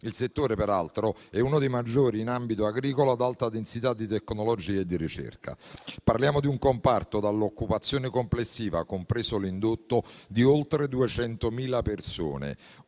Il settore, peraltro, è uno dei maggiori in ambito agricolo ad alta densità di tecnologia e di ricerca. Parliamo di un comparto dall'occupazione complessiva, compreso l'indotto, di oltre 200.000 persone.